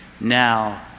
now